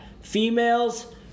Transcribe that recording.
Females